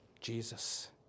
Jesus